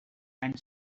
and